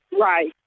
Right